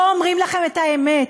לא אומרים לכם את האמת,